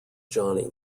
johnny